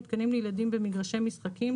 מתקנים לילדים במגרשי משחקים,